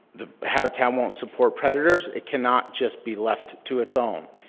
the habitat won't support predators. it cannot just be left to its own.